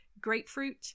grapefruit